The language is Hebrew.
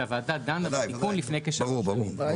שהוועדה דנה בתיקון לפני כשלוש שנים.